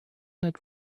had